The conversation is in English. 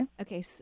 Okay